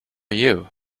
you